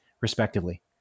respectively